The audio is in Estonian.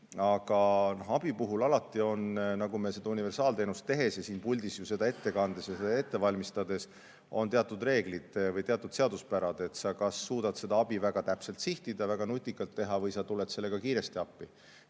abi puhul, nagu me seda universaalteenust tehes ja siin puldis seda ette kandes ja ette valmistades [oleme näinud], on alati teatud reeglid või teatud seaduspärad. Sa kas suudad seda abi väga täpselt sihtida, väga nutikalt teha, või sa tuled sellega kiiresti appi.